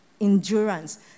endurance